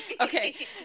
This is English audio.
Okay